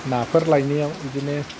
नाफोर लायनायाव बिदिनो